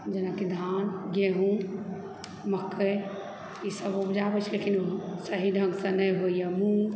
जेनाकि धान गेहूँ मकइ ईसभ उपजाबै छै लेकिन सही ढ़ंगसँ नहि होइए मूँग